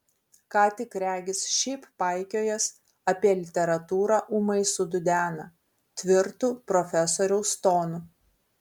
ką tik regis šiaip paikiojęs apie literatūrą ūmai sududena tvirtu profesoriaus tonu